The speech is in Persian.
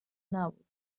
نبود